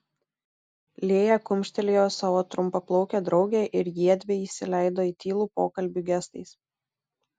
lėja kumštelėjo savo trumpaplaukę draugę ir jiedvi įsileido į tylų pokalbį gestais